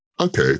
okay